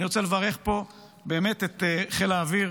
אני באמת רוצה לברך פה את חיל האוויר